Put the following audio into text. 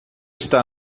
está